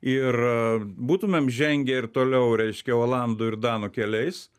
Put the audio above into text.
ir būtumėm žengę ir toliau reiškia olandų ir danų keliais